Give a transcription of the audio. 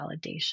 validation